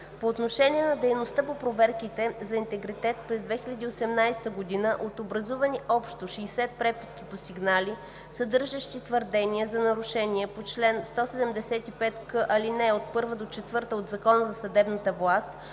По отношение на дейността по проверките за интегритет през 2018 г., от образувани общо 60 преписки по сигнали, съдържащи твърдения за нарушения по чл. 175к, ал. 1 – 4 от Закона за съдебната власт,